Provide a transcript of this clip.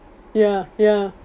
ya ya